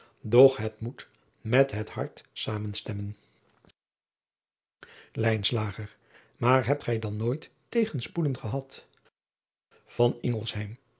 doch het moet met het hart zamenstemmen aar hebt gij dan nooit tegenspoeden gehad